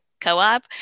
co-op